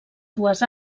dues